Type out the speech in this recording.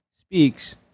speaks